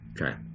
okay